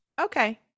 Okay